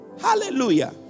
Hallelujah